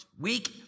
weak